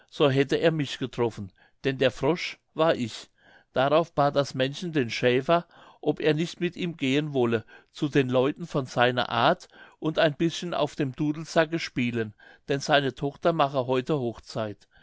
so hätte er mich getroffen denn der frosch war ich darauf bat das männchen den schäfer ob er nicht mit ihm gehen wolle zu den leuten von seiner art und ein bischen auf dem dudelsacke spielen denn seine tochter mache heute hochzeit